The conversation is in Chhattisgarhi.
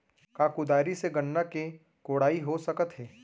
का कुदारी से गन्ना के कोड़ाई हो सकत हे?